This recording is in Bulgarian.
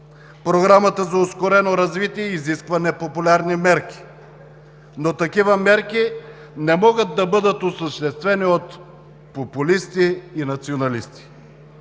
Програмата за ускорено развитие изисква непопулярни мерки, но такива мерки не могат да бъдат отъждествени от популисти и националисти.